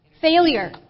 Failure